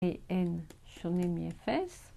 הם שונים מאפס